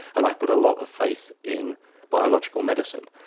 and i put a lot of faith in biological medicine.